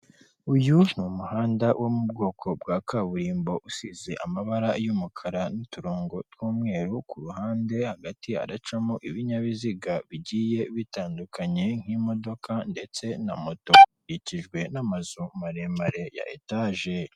Uyu ni umuhanda wo mu bwoko bwa kaburimbo usize amabara y'umukara n'uturongo tw'umweru ku ruhande, hagati haracamo ibinyabiziga bigiye bitandukanye nk'imodoka ndetse na moto, ukikijwe n'amazu maremare ya etaje.